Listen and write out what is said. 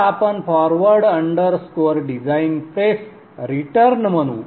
तर आपण forward underscore design press return म्हणू